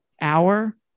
hour